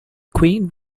queen